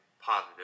positive